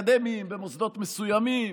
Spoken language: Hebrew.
וגם זה רק למי שלומד לימודים אקדמיים במוסדות מסוימים,